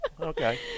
Okay